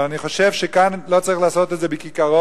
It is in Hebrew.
אבל אני חושב שכאן לא צריך לעשות את זה בכיכרות,